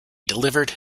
delivered